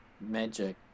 magic